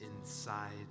inside